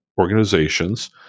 organizations